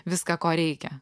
viską ko reikia